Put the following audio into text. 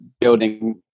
building